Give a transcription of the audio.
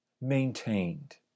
maintained